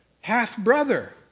half-brother